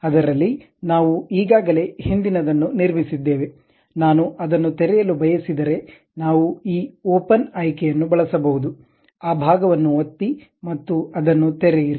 ಅದರಲ್ಲಿ ನಾವು ಈಗಾಗಲೇ ಹಿಂದಿನದನ್ನು ನಿರ್ಮಿಸಿದ್ದೇವೆ ನಾನು ಅದನ್ನು ತೆರೆಯಲು ಬಯಸಿದರೆ ನಾವು ಈ ಓಪನ್ ಆಯ್ಕೆಯನ್ನು ಬಳಸಬಹುದು ಆ ಭಾಗವನ್ನು ಒತ್ತಿ ಮತ್ತು ಅದನ್ನು ತೆರೆಯಿರಿ